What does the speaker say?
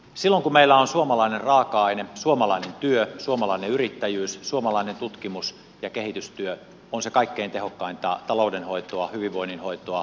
silloin kun meillä on suomalainen raaka aine niin suomalainen työ suomalainen yrittäjyys suomalainen tutkimus ja kehitystyö ovat sitä kaikkein tehokkainta taloudenhoitoa hyvinvoinnin hoitoa vaihtotaseen hoitoa